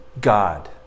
God